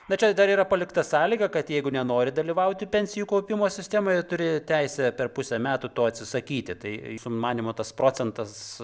na čia dar yra palikta sąlyga kad jeigu nenori dalyvauti pensijų kaupimo sistemoje turi teisę per pusę metų to atsisakyti tai jūsų manymu tas procentas